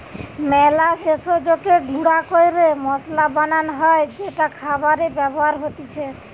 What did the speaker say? মেলা ভেষজকে গুঁড়া ক্যরে মসলা বানান হ্যয় যেটা খাবারে ব্যবহার হতিছে